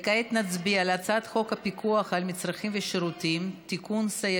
כעת נצביע על הצעת חוק הפיקוח על מצרכים ושירותים (תיקון,